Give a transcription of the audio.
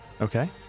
Okay